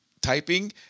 typing